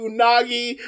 Unagi